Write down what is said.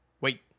Wait